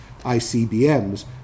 ICBMs